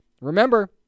Remember